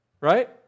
Right